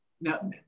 Now